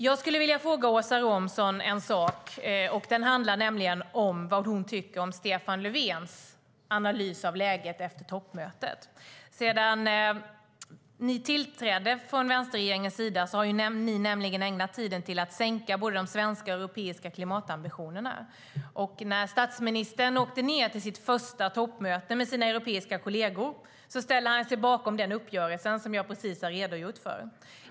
Jag skulle vilja fråga Åsa Romson vad hon tycker om Stefan Löfvens analys av läget efter toppmötet. Sedan ni tillträdde från vänsterregeringens sida har ni nämligen ägnat tiden åt att sänka de svenska och europeiska klimatambitionerna. När statsministern åkte ned till sitt första toppmöte med sina europeiska kolleger ställde han sig bakom den uppgörelse jag precis redogjort för.